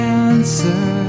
answer